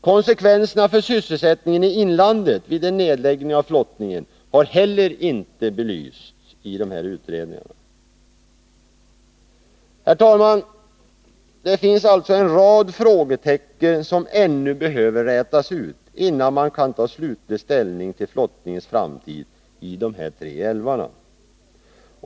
Konsekvenserna för sysselsättningen i inlandet vid en nedläggning av flottningen har heller inte belysts i utredningarna. Herr talman! Det finns alltså en rad frågetecken som behöver rätas ut, innan man kan ta slutlig ställning till flottningens framtid i de här tre älvarna.